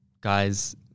Guys